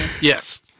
Yes